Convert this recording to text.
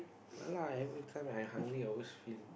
ya lah everytime I hungry I always feel